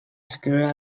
escriure